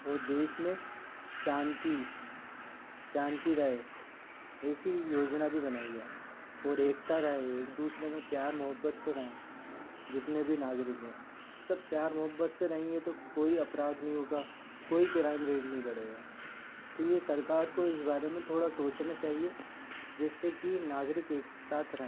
और देश में शांति शांति रहे ऐसी योजना भी बनाई जाए और एकता रहे एक दूसरे में प्यार मोहब्बत से रहें जितने भी नागरिक हैं सब प्यार मोहब्बत से रहेंगे तो कोई अपराध नहीं होगा कोई क्राइम रेट नहीं बढ़ेगा तो ये सरकार को इस बारे में थोड़ा सोचना चाहिए जिससे कि नागरिक एक साथ रहें